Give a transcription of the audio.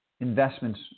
investments